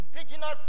indigenous